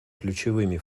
ключевыми